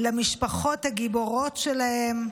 למשפחות הגיבורות שלהם,